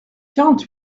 quarante